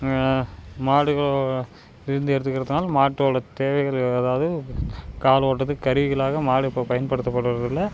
மாடுகளோ இருந்து எடுத்துக்கிறதுனால மாட்டோட தேவைகள் எதாவது கால் ஓட்டுறத்துக் கருவிகளாக மாடு இப்போ பயன்படுத்தப்படுறதில்ல